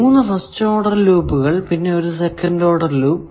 3 first order ലൂപ്പുകൾ പിന്നെ ഒരു സെക്കന്റ് ഓർഡർ ലൂപ്പ്